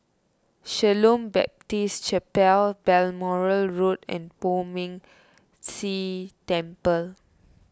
Shalom Baptist Chapel Balmoral Road and Poh Ming se Temple